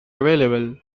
available